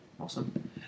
Awesome